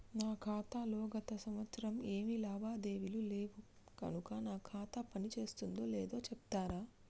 నా ఖాతా లో గత సంవత్సరం ఏమి లావాదేవీలు లేవు కనుక నా ఖాతా పని చేస్తుందో లేదో చెప్తరా?